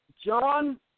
John